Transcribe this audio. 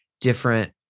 different